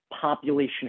population